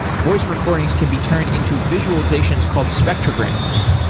voice recordings can be turned into visualizations called spectrograms.